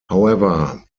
however